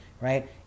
right